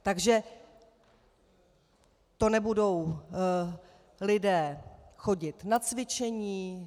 Takže to nebudou lidé chodit na cvičení?